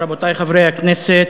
רבותי חברי הכנסת,